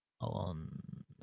on